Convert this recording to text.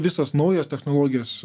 visos naujas technologijos